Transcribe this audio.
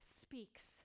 speaks